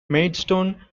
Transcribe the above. maidstone